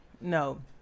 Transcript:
No